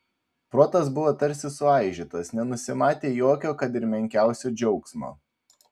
protas buvo tarsi suaižytas nenusimatė jokio kad ir menkiausio džiaugsmo